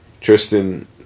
Tristan